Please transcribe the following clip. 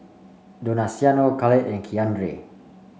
donaciano Khalid and Keandre